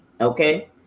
okay